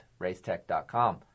Racetech.com